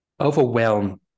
overwhelm